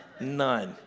none